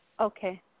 okay